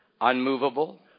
unmovable